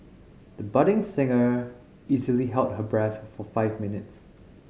the budding singer easily held her breath for five minutes